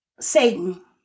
Satan